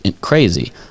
crazy